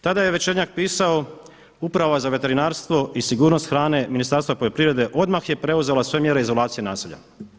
Tada je Večernjak pisao Uprava za veterinarstvo i sigurnost hrane Ministarstva poljoprivrede odmah je preuzela sve mjere izolacije naselja.